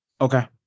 Okay